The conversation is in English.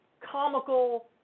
comical